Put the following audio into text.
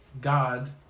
God